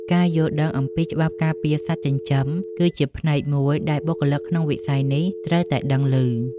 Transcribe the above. ការយល់ដឹងអំពីច្បាប់ការពារសត្វចិញ្ចឹម គឺជាផ្នែកមួយដែលបុគ្គលិកក្នុងវិស័យនេះត្រូវតែដឹងឮ។